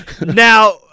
Now